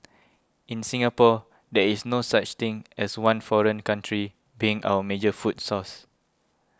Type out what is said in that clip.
in Singapore there is no such thing as one foreign country being our major food source